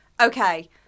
okay